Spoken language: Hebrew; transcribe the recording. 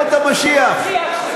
ימות המשיח,